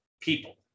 people